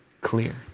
clear